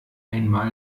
einmal